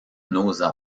n’osa